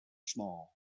small